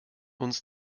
uns